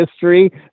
history